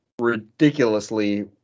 ridiculously